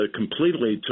completely